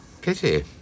Pity